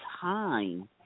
time